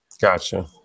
Gotcha